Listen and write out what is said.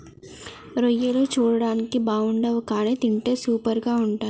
రొయ్యలు చూడడానికి బాగుండవ్ కానీ తింటే సూపర్గా ఉంటయ్